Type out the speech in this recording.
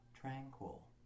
tranquil